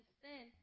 sin